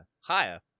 Higher